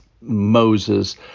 Moses